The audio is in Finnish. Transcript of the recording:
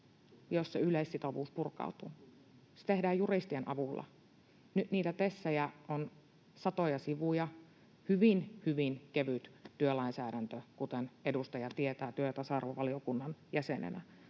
jos se yleissitovuus purkautuu? Se tehdään juristien avulla. Niitä TESejä on satoja sivuja, mutta on hyvin, hyvin kevyt työlainsäädäntö, kuten edustaja tietää työ- ja tasa-arvovaliokunnan jäsenenä.